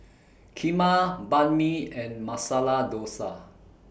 Kheema Banh MI and Masala Dosa